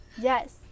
Yes